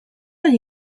任意